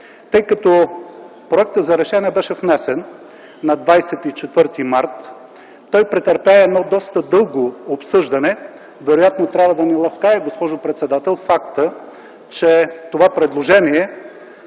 тъй като проектът за решение беше внесен на 24 март т.г., той претърпя едно доста дълго обсъждане. Вероятно трябва да ни ласкае фактът, госпожо председател, че това предложение,